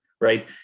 right